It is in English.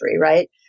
right